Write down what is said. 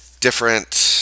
different